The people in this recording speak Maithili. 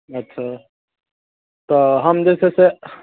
अच्छा तऽ हम जे छै से